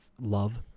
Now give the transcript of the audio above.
love